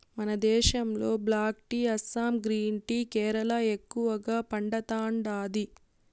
మన దేశంలో black tea Assam green tea Kerala ఎక్కువగా పండతాండాది